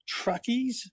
truckies